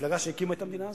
מפלגה שהקימה את המדינה הזאת,